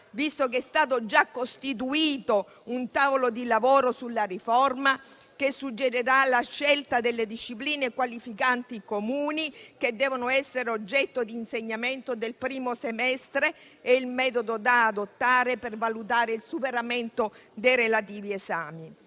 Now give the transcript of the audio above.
visto che è stato già costituito un tavolo di lavoro sulla riforma che suggerirà la scelta delle discipline qualificanti comuni che devono essere oggetto di insegnamento nel primo semestre e il metodo da adottare per valutare il superamento dei relativi esami.